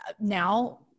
now